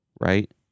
right